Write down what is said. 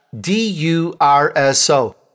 D-U-R-S-O